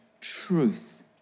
truth